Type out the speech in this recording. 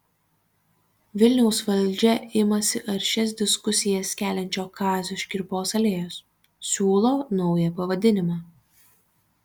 vilniaus valdžia imasi aršias diskusijas keliančios kazio škirpos alėjos siūlo naują pavadinimą